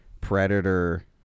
Predator